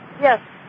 Yes